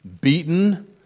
beaten